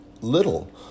little